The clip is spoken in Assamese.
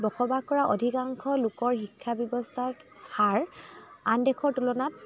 বসবাস কৰা অধিকাংশ লোকৰ শিক্ষাব্যৱস্থাৰ হাৰ আন দেশৰ তুলনাত